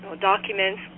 documents